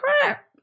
crap